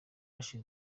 kashi